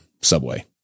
Subway